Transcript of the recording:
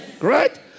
Right